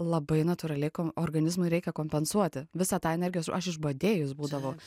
labai natūraliai organizmui reikia kompensuoti visą tą energijos aš išbadėjus būdavau